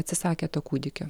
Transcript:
atsisakė to kūdikio